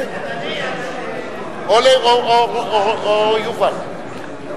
תבקשו שמית.